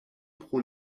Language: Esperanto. pro